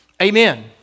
Amen